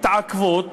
מתעכבות